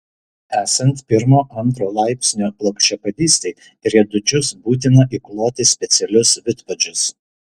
esant pirmo antro laipsnio plokščiapėdystei į riedučius būtina įkloti specialius vidpadžius